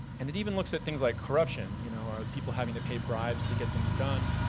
and it even looks at things like corruption, you know, are people having to pay bribes to get things done?